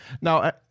Now